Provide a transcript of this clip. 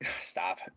Stop